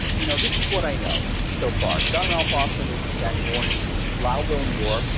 you know this is what i know so far. john ralph austin was, in fact, born in lowville, new york,